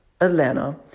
Atlanta